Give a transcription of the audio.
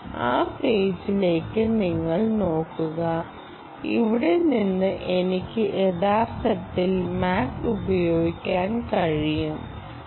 ആ പേജിലേക്ക് നിങ്ങൾ നോക്കുക അവിടെ നിന്ന് എനിക്ക് യഥാർത്ഥത്തിൽ MAC ഉപയോഗിക്കാൻ കഴിയുo